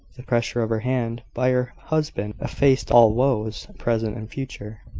the pressure of her hand by her husband effaced all woes, present and future.